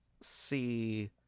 see